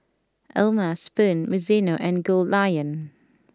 O'ma Spoon Mizuno and Goldlion